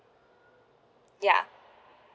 ya